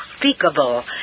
unspeakable